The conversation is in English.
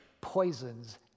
Poisons